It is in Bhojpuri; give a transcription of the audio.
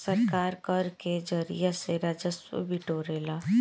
सरकार कर के जरिया से राजस्व बिटोरेला